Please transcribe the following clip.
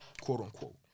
quote-unquote